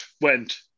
went